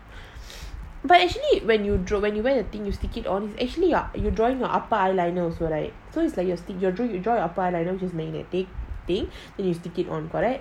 but actually when you drop when you wear the thing use stick in on is actually like drawing your upper eye liner also right so it's like you draw upper eye liner with that magnetic thing then you stick it on